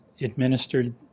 administered